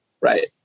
right